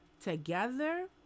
together